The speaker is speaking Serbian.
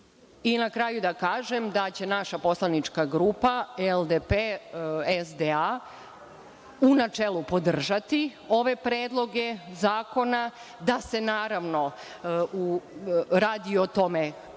kraju da kažem, da će naša poslanička grupa LDP-SDA u načelu podržati ove predloge zakona. Da se naravno radi o tome